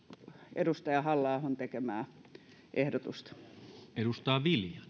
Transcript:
edustaja halla ahon tekemää ehdotusta